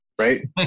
right